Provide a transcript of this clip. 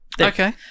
Okay